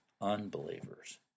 unbelievers